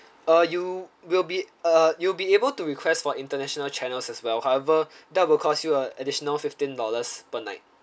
uh you will be uh you'll be able to request for international channels as well however that will cost you uh additional fifteen dollars per night